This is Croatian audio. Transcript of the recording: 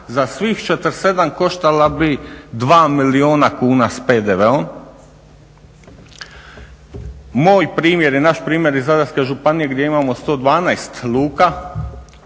Za svih 47 koštala bi 2 milijuna kuna s PDV-om. Moj primjer i naš primjer iz Zadarske županije gdje imamo 112 luka